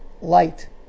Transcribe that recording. light